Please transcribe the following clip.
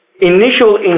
initial